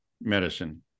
medicine